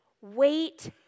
Wait